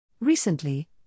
Recently